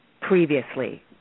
previously